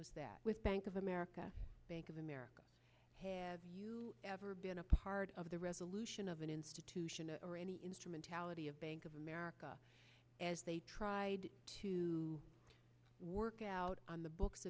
was that with bank of america bank of america have you ever been a part of the resolution of an institution or any instrumentality of bank of america as they tried to work out on the books